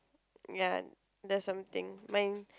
ya there's something mine